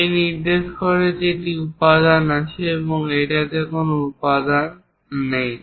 এটি নির্দেশ করে যে উপাদান আছে এবং এই দিকে কোন উপাদান নেই